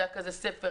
זה היה כזה ספר,